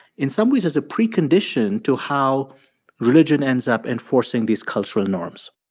in some ways, as a precondition to how religion ends up enforcing these cultural norms?